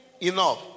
enough